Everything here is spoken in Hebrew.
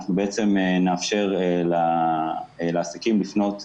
נאפשר לעסקים לפנות,